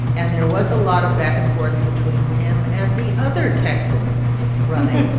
and there was a lot of back and forth between him and the other texan running.